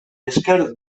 esker